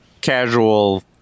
Casual